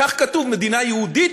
כך כתוב: מדינה יהודית,